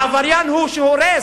העבריין הוא שהורס,